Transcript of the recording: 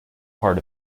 part